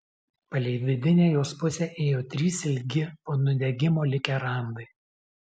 palei vidinę jos pusę ėjo trys ilgi po nudegimo likę randai